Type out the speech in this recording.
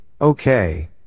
okay